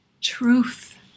truth